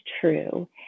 true